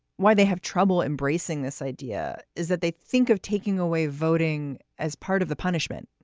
why they have trouble embracing this idea is that they think of taking away voting as part of the punishment.